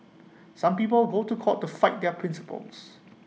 some people go to court to fight their principles